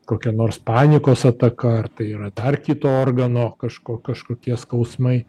kokia nors panikos ataka ar tai yra dar kito organo kažko kažkokie skausmai